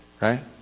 Right